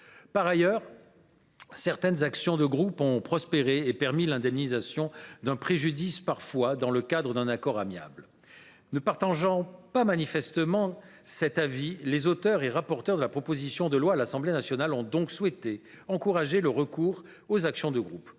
Par ailleurs, certaines actions de groupe ont prospéré et permis l’indemnisation d’un préjudice, parfois dans le cadre d’un accord amiable. Ne partageant manifestement pas cet avis, les auteurs – et rapporteurs pour l’Assemblée nationale – de la proposition de loi ont souhaité encourager le recours aux actions de groupe.